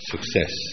success